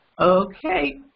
okay